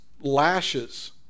lashes